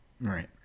Right